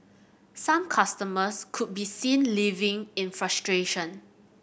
some customers could be seen leaving in frustration